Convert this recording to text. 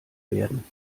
werden